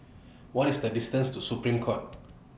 What IS The distance to Supreme Court